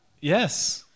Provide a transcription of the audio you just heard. Yes